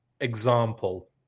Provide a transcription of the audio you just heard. example